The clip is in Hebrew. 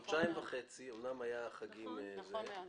במשך חודשיים וחצי אמנם היו חגים באמצע